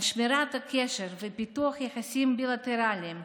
על שמירת הקשר ופיתוח היחסים הבילטרליים,